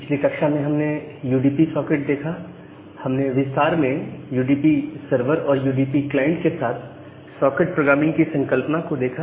पिछली कक्षा में हमने यूडीपी सॉकेट देखा हमने विस्तार में यूडीपी सर्वर और यूडीपी क्लाइंट के साथ सॉकेट प्रोग्रामिंग की संकल्पना को देखा